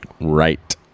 right